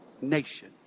nation